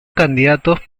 candidatos